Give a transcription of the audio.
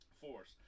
force